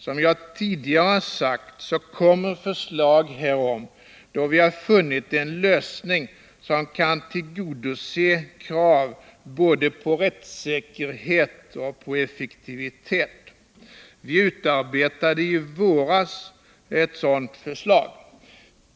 Som jag tidigare sagt, kommer förslag härom då vi har funnit en lösning som kan tillgodose krav på både rättssäkerhet och effektivitet. Vi utarbetade i våras ett sådant förslag.